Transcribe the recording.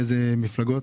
מאיזה מפלגות?